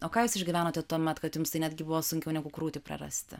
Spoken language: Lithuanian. o ką jūs išgyvenote tuomet kad jums tai netgi buvo sunkiau negu krūtį prarasti